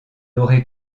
aurait